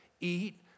eat